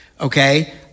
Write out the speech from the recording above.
Okay